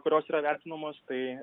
kurios yra vertinamos tai